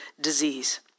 disease